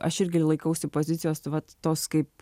aš irgi laikausi pozicijos vat toks kaip